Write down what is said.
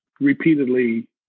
repeatedly